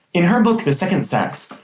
in her book the second sex,